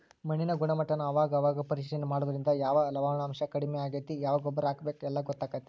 ಮಣ್ಣಿನ ಗುಣಮಟ್ಟಾನ ಅವಾಗ ಅವಾಗ ಪರೇಶಿಲನೆ ಮಾಡುದ್ರಿಂದ ಯಾವ ಲವಣಾಂಶಾ ಕಡಮಿ ಆಗೆತಿ ಯಾವ ಗೊಬ್ಬರಾ ಹಾಕಬೇಕ ಎಲ್ಲಾ ಗೊತ್ತಕ್ಕತಿ